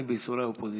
אני בייסורי האופוזיציה.